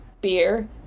beer